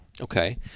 Okay